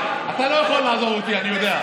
אתה לא יכול לעזוב אותי, אני יודע.